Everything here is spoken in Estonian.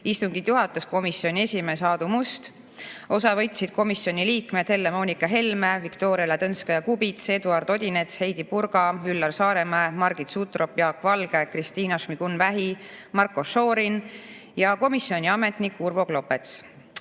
Istungit juhatas komisjoni esimees Aadu Must. Osa võtsid komisjoni liikmed Helle-Moonika Helme, Viktoria Ladõnskaja-Kubits, Eduard Odinets, Heidy Purga, Üllar Saaremäe, Margit Sutrop, Jaak Valge, Kristina Šmigun-Vähi, Marko Šorin ja komisjoni ametnik Urvo Klopets.